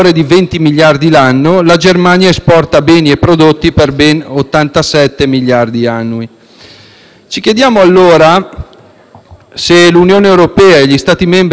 Ci chiediamo, allora, se l'Unione europea e gli Stati membri che stanno criticando il *memorandum* non temano, in realtà, una sana competizione con il nostro Paese;